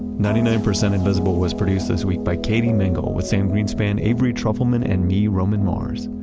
ninety nine percent invisible was produced this week by katie mingle with sam greenspan, avery trufelman and me, roman mars.